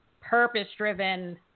purpose-driven